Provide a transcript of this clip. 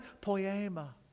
poema